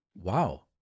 Wow